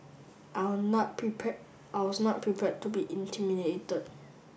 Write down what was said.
I were not prepare I was not prepared to be intimidated